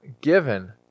given